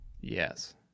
yes